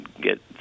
get